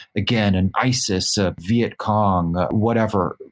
again, an isis, a vietcong, whatever.